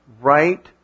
right